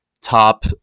top